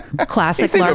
classic